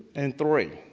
and three.